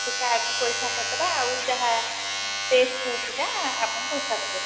ସେ କାର୍ଡରୁ ପଇସା କଟିବ ଆଉ ଯାହା ଟେଷ୍ଟ ଫେଷ୍ଟଟା ଆପଣ ପଇସା ଦେବେ